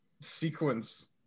sequence